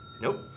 Nope